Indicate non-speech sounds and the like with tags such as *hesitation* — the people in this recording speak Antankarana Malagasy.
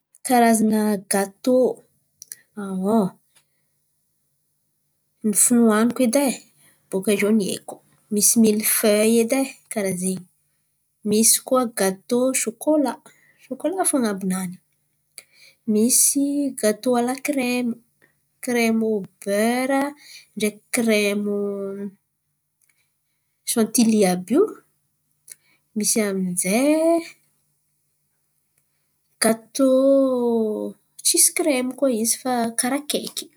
Karazan̈a gatô, *hesitation* ny fohaniko edy e bôkà eo ny haiko: misy milfey edy e karà zen̈y, misy koà gatô shôkôlà, shôkôlà fo an̈abonany. Misy gatô a-lakremo, kremo bera ndraiky kremo shantily àby io, misy amin'zay gatô tsisy kremo fo izy fa karà kaiky.